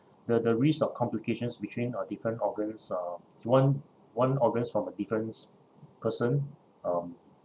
the the risk of complications between uh different organs uh one one organs from a different person um